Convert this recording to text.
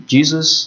Jesus